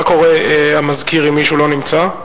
המזכיר, מה קורה אם מישהו לא נמצא?